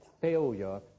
failure